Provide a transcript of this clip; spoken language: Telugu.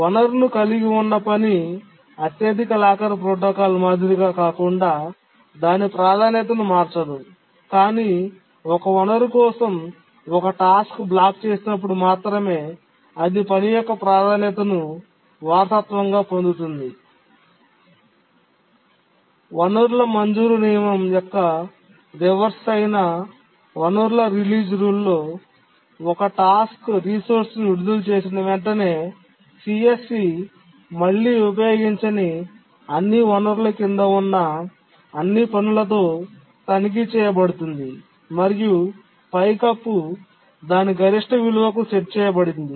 వనరును కలిగి ఉన్న పని అత్యధిక లాకర్ ప్రోటోకాల్ మాదిరిగా కాకుండా దాని ప్రాధాన్యతను మార్చదు కానీ ఒక వనరు కోసం ఒక టాస్క్ బ్లాక్ చేసినప్పుడు మాత్రమే అది పని యొక్క ప్రాధాన్యతను వారసత్వంగా పొందుతుంది వనరుల మంజూరు నియమం యొక్క రివర్స్ అయిన వనరుల రిలీజ్ రూల్ లో ఒక టాస్క్ రిసోర్స్ను విడుదల చేసిన వెంటనే సిఎస్సి మళ్లీ ఉపయోగించని అన్ని వనరుల క్రింద ఉన్న అన్ని పనులతో తనిఖీ చేయబడుతుంది మరియు పైకప్పు దాని గరిష్ట విలువకు సెట్ చేయబడింది